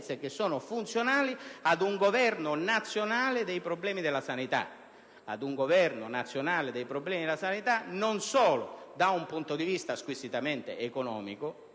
competenze funzionali ad un governo nazionale dei problemi della sanità, non solo da un punto di vista squisitamente economico